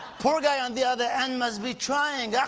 poor guy on the other end must be trying yeah